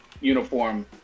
uniform